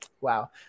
wow